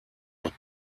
doch